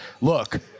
look